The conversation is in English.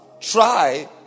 try